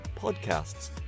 podcasts